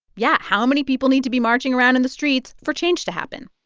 yeah. how many people need to be marching around in the streets for change to happen?